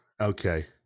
okay